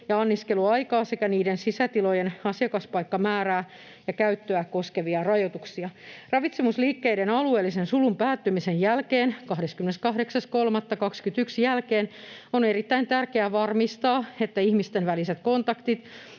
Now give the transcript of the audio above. ja anniskeluaikaa sekä niiden sisätilojen asiakaspaikkamäärää ja käyttöä koskevia rajoituksia. Ravitsemusliikkeiden alueellisen sulun päättymisen jälkeen, 28.3.2021 jälkeen, on erittäin tärkeää varmistaa, että ihmisten väliset kontaktit